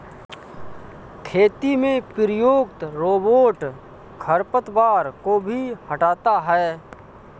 खेती में प्रयुक्त रोबोट खरपतवार को भी हँटाता है